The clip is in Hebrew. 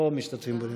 לא משתתפים,